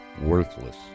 worthless